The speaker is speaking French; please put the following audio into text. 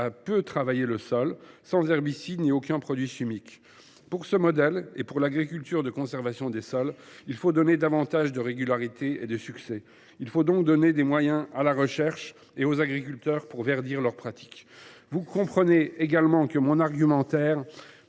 peu travailler le sol, sans herbicides ni aucun produit chimique. Pour ce modèle, et pour l’agriculture de conservation des sols, il faut davantage de régularité et de succès. Il faut donc donner des moyens à la recherche et aux agriculteurs pour verdir leurs pratiques. Vous comprenez que, sur le bio, mon argumentaire